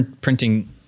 Printing